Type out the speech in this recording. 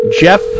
Jeff